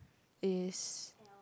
is